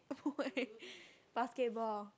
why basketball